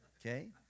Okay